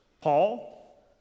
Paul